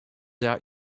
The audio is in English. out